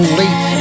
late